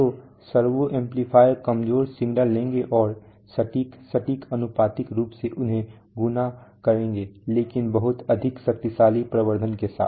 तो servo amplifier कमजोर signal लेंगे और सटीक सटीक आनुपातिक रूप से उन्हें गुणा करेंगे लेकिन बहुत अधिक पावर एम्प्लीफिकेशन के साथ